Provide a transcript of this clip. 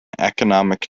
economic